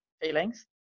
feelings